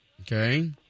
Okay